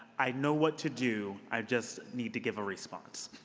i know what to do. i just need to give a response.